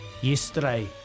yesterday